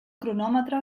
cronòmetre